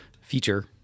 feature